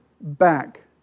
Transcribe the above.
back